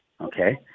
Okay